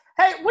Hey